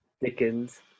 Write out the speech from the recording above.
Dickens